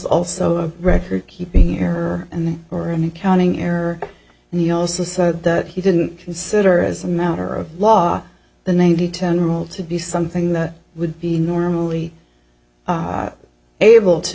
also a record keeping her and or an accounting error and he also said that he didn't consider as a matter of law the ninety ten rule to be something that would be normally able to